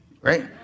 right